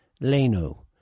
Leno